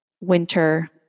winter